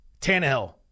Tannehill